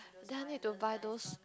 then I need to buy those